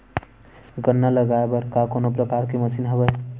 गन्ना लगाये बर का कोनो प्रकार के मशीन हवय?